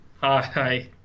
Hi